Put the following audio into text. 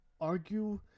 argue